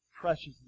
precious